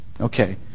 Okay